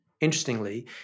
Interestingly